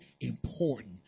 important